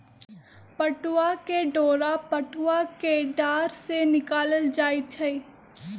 पटूआ के डोरा पटूआ कें डार से निकालल जाइ छइ